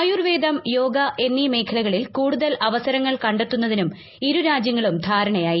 ആയുർവേദം യോഗ എന്നീ മേഖലകളിൽ കൂടുതൽ അവസരങ്ങൾ കണ്ടെത്തുന്നതിനും ഇരു രാജ്യങ്ങളും ധാരണയായി